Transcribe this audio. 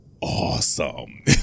awesome